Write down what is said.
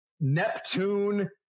Neptune